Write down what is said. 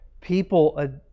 people